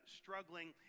struggling